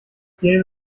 gäbe